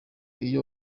iyo